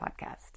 podcast